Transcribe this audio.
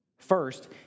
First